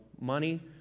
money